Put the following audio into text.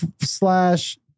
slash